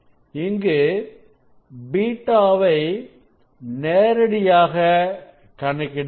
இங்கு β வை நேரடியாக கணக்கிட வில்லை